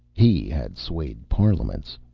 he had swayed parliaments.